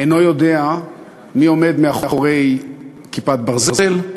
אינו יודע מי עומד מאחורי "כיפת ברזל",